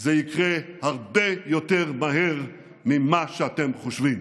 זה יקרה הרבה יותר מהר ממה שאתם חושבים.